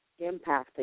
impacting